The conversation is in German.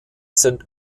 sind